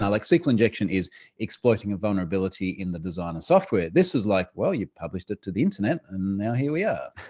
like sql injection is exploiting a vulnerability in the designer's software. this is like, well, you published it to the internet and now here we are.